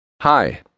Hi